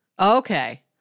Okay